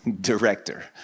director